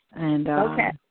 Okay